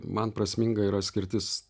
man prasminga yra skirtis